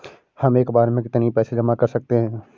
हम एक बार में कितनी पैसे जमा कर सकते हैं?